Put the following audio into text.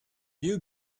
you